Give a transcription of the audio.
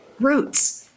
roots